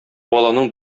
баланың